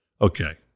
Okay